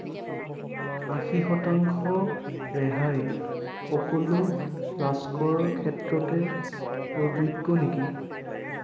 আশী শতাংশ ৰেহাই সকলো ফ্লাস্কৰ ক্ষেত্ৰতে প্ৰযোজ্য নেকি